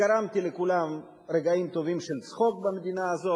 גרמתי לכולם רגעים טובים של צחוק במדינה הזאת,